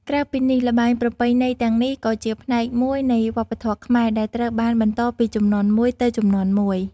ក្រៅពីនេះ ល្បែងប្រពៃណីទាំងនេះក៏ជាផ្នែកមួយនៃវប្បធម៌ខ្មែរ ដែលត្រូវបានបន្តពីជំនាន់មួយទៅជំនាន់មួយ។